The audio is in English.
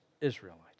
Israelites